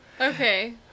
Okay